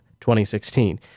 2016